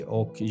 och